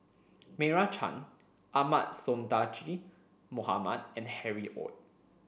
Meira Chand Ahmad Sonhadji Mohamad and Harry Ord